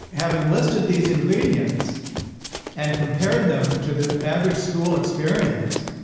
having listed these ingredients and compared them to the average school experience,